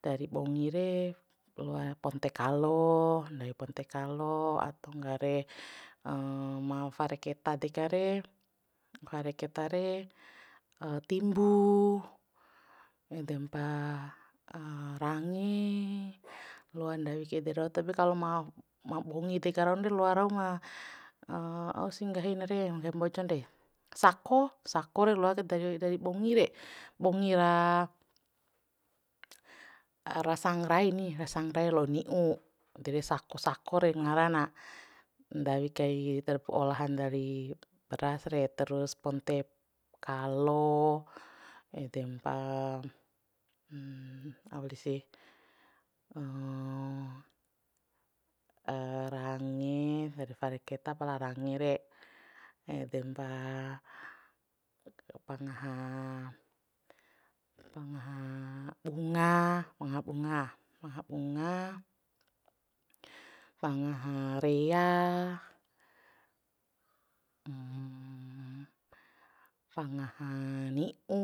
dari bongi re loa ponte kalo ndawi ponte kalo atau ngga re ma fare keta deka re fare keta re timbu edempa range loa ndawi kai ede rau tabe kalo ma ma bongi deka raun re loa rau ma ausi nggahin na re nggahi mbojon re sako sako re loa kai dari dari bongi re bongi ra ra sangrai ni ra sangrai la'o ni'u ede re sako sako re ngara na ndawi kai olahan dari beras re terus ponte kalo edempa au wali sih range fare fare keta pala range re edempa pangaha pangaha bunga pangaha bunga pangaha bunga pangaha rea pangaha ni'u